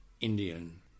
Indian